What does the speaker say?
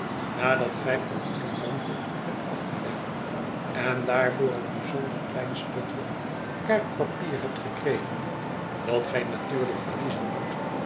nadat gij u hoed en mantel hebt afgelegd en daarvoor een bijzonder klein stukje kaartpapier hebt gekregen dat gij natuurlijk verliezen moet